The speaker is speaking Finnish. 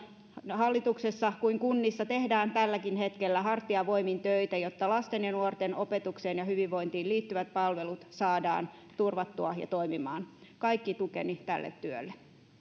hallituksessa kuin kunnissa tehdään tälläkin hetkellä hartiavoimin töitä jotta lasten ja nuorten opetukseen ja hyvinvointiin liittyvät palvelut saadaan turvattua ja toimimaan kaikki tukeni tälle työlle